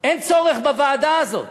אין צורך בוועדה הזאת.